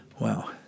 Wow